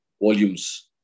volumes